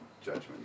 judgment